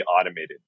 automated